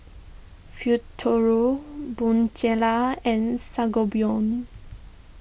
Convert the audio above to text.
Futuro Bonjela and Sangobion